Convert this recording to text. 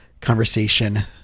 conversation